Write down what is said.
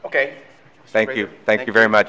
ok thank you thank you very much